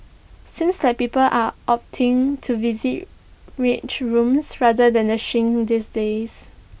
seems like people are opting to visit rage rooms rather than the shrink these days